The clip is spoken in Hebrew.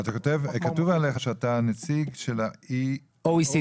כתוב עליך שאתה נציג ה-OECD.